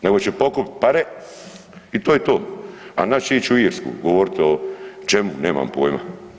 Nego će pokupit pare i to je to, a naš će ići u Irsku govorit o čemu, nemam poima.